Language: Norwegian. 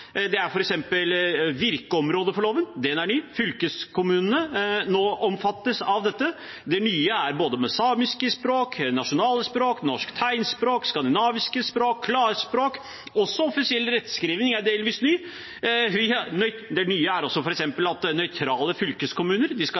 Det nye er f.eks. virkeområdet for loven, at fylkeskommunene nå omfattes av dette. Det nye er både det med samiske språk, nasjonale språk, norsk tegnspråk, skandinaviske språk og klarspråk. Det nye er delvis også offisiell rettskriving. Det nye er også f.eks. at nøytrale fylkeskommuner skal